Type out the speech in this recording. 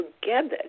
together